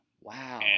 Wow